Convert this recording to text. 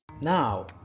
Now